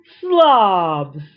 slobs